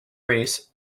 race